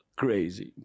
crazy